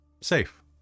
safe